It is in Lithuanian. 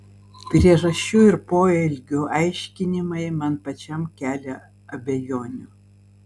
priežasčių ir poelgių aiškinimai man pačiam kelia abejonių